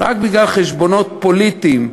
רק בגלל חשבונות פוליטיים,